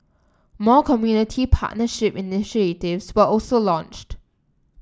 more community partnership initiatives were also launched